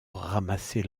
ramasser